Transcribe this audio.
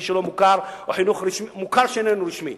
שלא מוכר או חינוך מוכר שאיננו רשמי.